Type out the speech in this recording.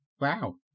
Wow